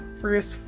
first